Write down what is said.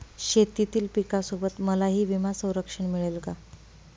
शेतीतील पिकासोबत मलाही विमा संरक्षण मिळेल का?